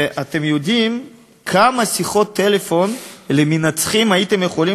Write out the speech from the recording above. ואתם יודעים כמה שיחות טלפון למנצחים הייתם יכולים